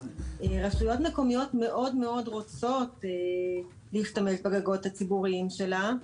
רשויות מקומיות מאוד מאוד רוצות להשתמש בגגות הציבוריים שלהן.